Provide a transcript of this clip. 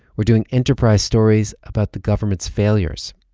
were doing enterprise stories about the government's failures.